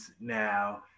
now